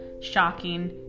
shocking